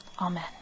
Amen